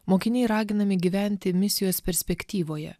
mokiniai raginami gyventi misijos perspektyvoje